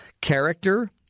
Character